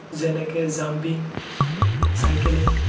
যেনেকৈ jumping cycling